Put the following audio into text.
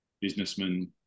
businessman